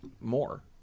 more